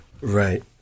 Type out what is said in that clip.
right